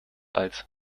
alt